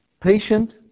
Patient